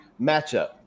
matchup